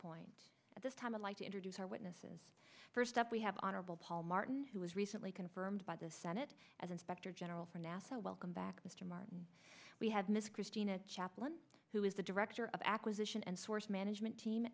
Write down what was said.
point at this time i'd like to introduce our witnesses first up we have honorable paul martin who was recently confirmed by the senate as inspector general for nasa welcome back mr martin we have miss christina chaplain who is the director of acquisition and source management team